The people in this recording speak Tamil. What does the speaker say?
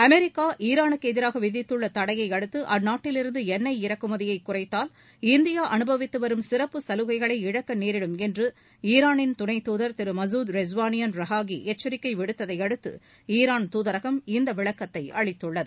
அமெரிக்கா ஈரானுக்கு எதிராக விதித்துள்ள தடையை அடுத்து அந்நாட்டிலிருந்து எண்ணெய் இறக்குமதியை குறைத்தால் இந்தியா அனுபவித்துவரும் சிறப்பு சலுகைகளை இழக்க நேரிடும் என்று ஈரானின் துணைத்தூதர் திரு மாசூத் ரெஜ்வாளியான் ரஹாகி எச்சரிக்கை விடுத்ததை அடுத்து ஈரான் தூதரகம் இந்த விளக்கத்தை அளித்துள்ளது